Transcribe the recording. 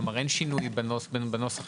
אין שינוי בנוסח?